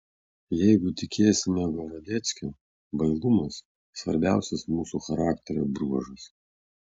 jeigu tikėsime gorodeckiu bailumas svarbiausias mūsų charakterio bruožas